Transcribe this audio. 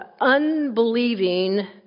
unbelieving